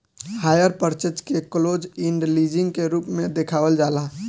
hire purchase के close end leasing के रूप में देखावल जाला